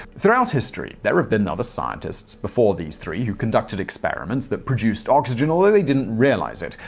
throughout history, there have been other scientists before these three who conducted experiments that produced oxygen, although they didn't realize it.